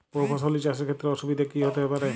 বহু ফসলী চাষ এর ক্ষেত্রে অসুবিধে কী কী হতে পারে?